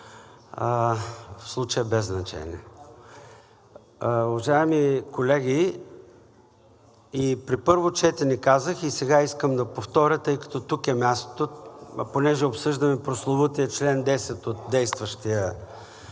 в случая е без значение. Уважаеми колеги! И при първо четене казах, и сега искам да повторя, тъй като тук е мястото, понеже обсъждаме прословутия чл. 10 от действащия